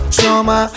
Trauma